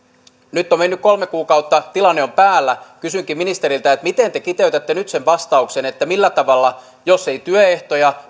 nyt on mennyt kolme kuukautta tilanne on päällä kysynkin ministeriltä miten te kiteytätte nyt sen vastauksen millä tavalla räätälöidään jos ei työehtoja